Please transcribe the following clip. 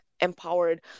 empowered